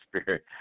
Spirit